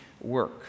work